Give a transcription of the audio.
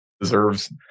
deserves